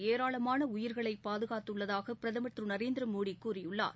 ஏராளமான உயிர்களை பாதுகாத்துள்ளதாக பிரதமர் திரு நரேந்திரமோடி கூறியுள்ளார்